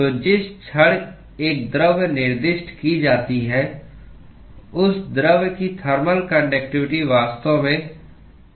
तो जिस क्षण एक द्रव्य निर्दिष्ट की जाती है उस द्रव्य की थर्मल कान्डक्टिवटी वास्तव में तय हो जाती है